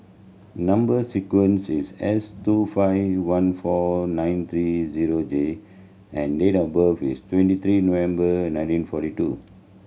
number sequence is S two five one four nine three zero J and date of birth is twenty three November nineteen forty two